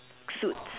suits